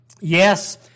yes